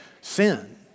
sin